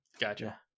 Gotcha